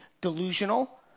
delusional